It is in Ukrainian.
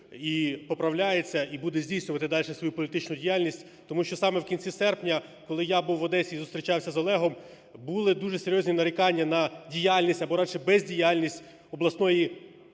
і поправляється, і буде здійснювати дальше свою політичну діяльність. Тому що саме в кінці серпня, коли я був в Одесі і зустрічався з Олегом, були дуже серйозні нарікання на діяльність або радше бездіяльність обласної